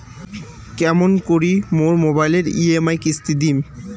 কেমন করি মোর মোবাইলের ই.এম.আই কিস্তি টা দিম?